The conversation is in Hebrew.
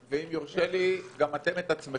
ואם יורשה לי, גם אתם את עצמכם,